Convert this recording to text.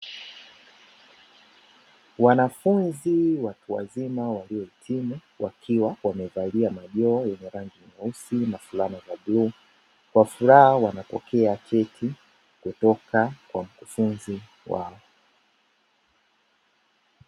Wanafunzi watu wazima waliohitimu wakiwa wamevalia majoho yenye rangi nyesi na fulana za bluu, kwa furaha wanapokea cheti kutoka kwa mkufunzi wao.